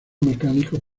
mecánicos